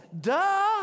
Duh